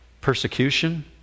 persecution